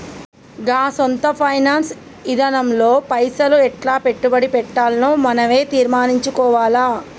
గా సొంత ఫైనాన్స్ ఇదానంలో పైసలు ఎట్లా పెట్టుబడి పెట్టాల్నో మనవే తీర్మనించుకోవాల